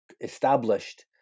established